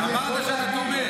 אמרת שאתה תומך.